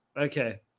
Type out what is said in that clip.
Okay